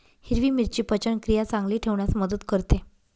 हिरवी मिरची पचनक्रिया चांगली ठेवण्यास मदत करते